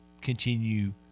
continue